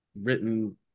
written